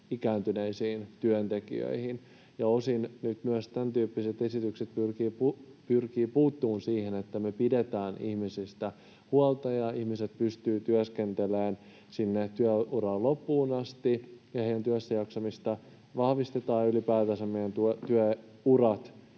ikääntyneisiin työntekijöihin. Nyt osin myös tämän tyyppiset esitykset pyrkivät puuttumaan siihen, että me pidetään ihmisistä huolta, ihmiset pystyvät työskentelemään sinne työuran loppuun asti ja heidän työssäjaksamistaan vahvistetaan. Ylipäätänsä meidän työurat